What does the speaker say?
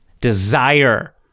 Desire